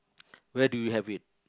where did you have it